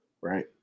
Right